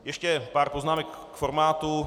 Ještě pár poznámek k formátu.